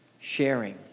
sharing